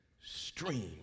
stream